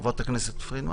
חברת הכנסת פרידמן?